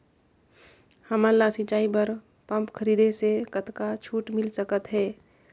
हमन ला सिंचाई बर पंप खरीदे से कतका छूट मिल सकत हे?